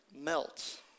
melt